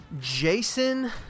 jason